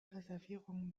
reservierungen